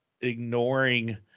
Ignoring